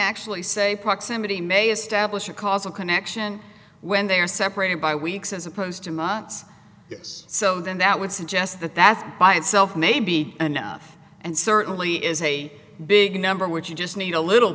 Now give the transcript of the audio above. actually say proximity may establish a causal connection when they are separated by weeks as opposed to months yes so then that would suggest that that by itself may be enough and certainly is a big number which you just need a little